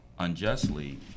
unjustly